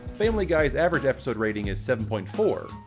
family guy's average episode rating is seven point four.